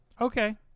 Okay